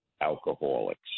alcoholics